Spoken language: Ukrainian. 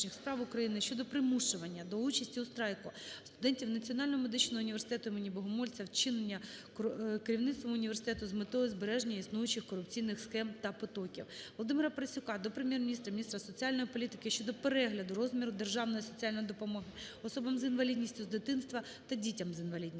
ВолодимираПарасюка до Прем'єр-міністра, міністра соціальної політики щодо перегляду розміру державної соціальної допомоги особам з інвалідністю з дитинства та дітям з інвалідністю.